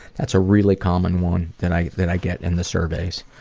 that's a really common one that i that i get in the surveys.